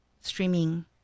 streaming